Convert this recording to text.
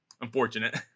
unfortunate